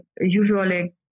usually